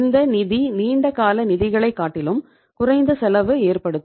இந்த நிதி நீண்ட கால நிதிகளை காட்டிலும் குறைந்த செலவு ஏற்பதடுத்தும்